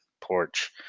porch